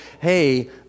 Hey